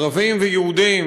ערבים ויהודים,